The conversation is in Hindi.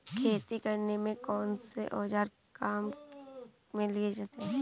खेती करने में कौनसे औज़ार काम में लिए जाते हैं?